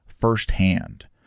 firsthand